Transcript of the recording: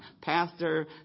Pastor